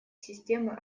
системы